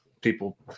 people